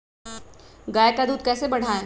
गाय का दूध कैसे बढ़ाये?